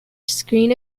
screen